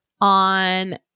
on